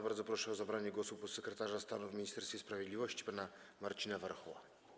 Bardzo proszę o zabranie głosu podsekretarza stanu w Ministerstwie Sprawiedliwości pana Marcina Warchoła.